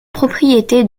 propriété